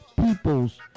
peoples